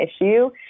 issue